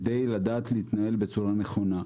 כדי לדעת להתנהל בצורה נכונה.